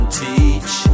teach